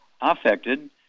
affected